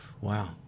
Wow